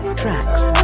tracks